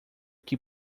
que